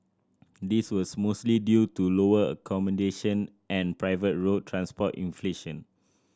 this was mostly due to lower accommodation and private road transport inflation